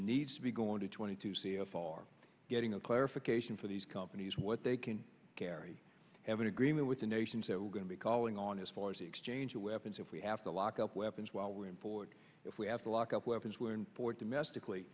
needs to be going to twenty two c f r getting a clarification for these companies what they can carry have an agreement with the nations that we're going to be calling on as far as the exchange of weapons if we have to lock up weapons while we import if we have to lock up weapons weren't for domestically